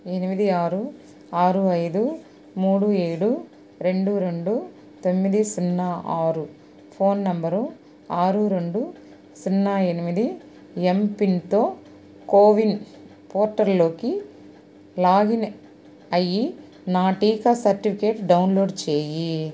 ఎనిమిది ఆరు ఆరు ఐదు మూడు ఏడు రెండు రెండు తొమ్మిది సున్నా ఆరు ఫోన్ నంబరు ఆరు రెండు సున్నా ఎనిమిది ఎంపిన్తో కోవిన్ పోర్టల్లోకి లాగిన్ అయ్యి నా టీకా సర్టిఫికేట్ డౌన్లోడ్ చెయ్యి